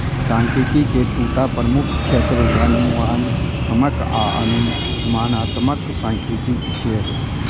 सांख्यिकी के दूटा प्रमुख क्षेत्र वर्णनात्मक आ अनुमानात्मक सांख्यिकी छियै